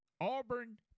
auburn